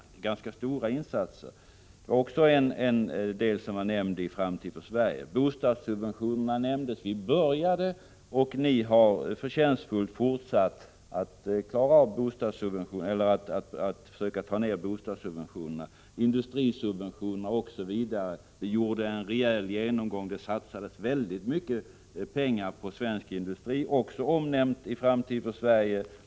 Det var ganska stora insatser. Detta nämns också i Framtid för Sverige. Bostadssubventioner nämndes här. Vi började, och ni har förtjänstfullt fortsatt att försöka ta ner bostadssubventionerna, industrisubventionerna osv. Vi gjorde en rejäl genomgång. Det satsades väldigt mycket pengar på svensk industri, vilket också är omnämnt i Framtid för Sverige.